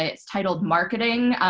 it's titled marketing.